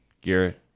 Garrett